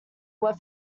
were